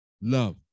love